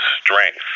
strength